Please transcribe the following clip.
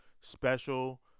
special